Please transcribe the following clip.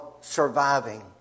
surviving